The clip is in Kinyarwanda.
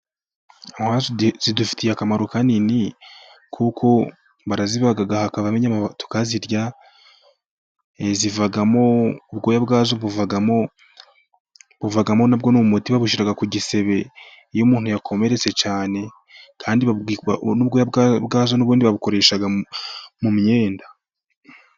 Inkwavu zidufitiye akamaro kanini, kuko barazibaga hakavamo inyama tukazirya, zivagamo, ubwoya bwazo buvamo, nabwo ni umuti babushyira ku gisebe iyo umuntu yakomeretse cyane, kandi ubwoya bwazo n'ubundi babukoresha mu myenda.